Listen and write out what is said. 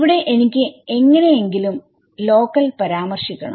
അവിടെ എനിക്ക് എങ്ങനെ എങ്കിലും ലോക്കൽ പരാമർശിക്കണം